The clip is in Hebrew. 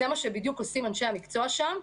וזה בדיוק מה שעושים אנשי המקצוע שם.